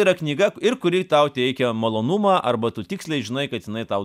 yra knyga ir kuri tau teikia malonumą arba tu tiksliai žinai kad jinai tau